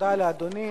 תודה לאדוני.